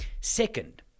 Second